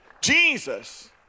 Jesus